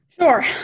Sure